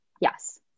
Yes